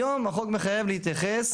היום, החוק מחייב להתייחס